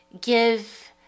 give